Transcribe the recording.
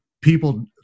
people